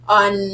on